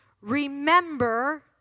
remember